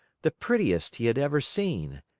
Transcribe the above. the prettiest he had ever seen.